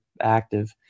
active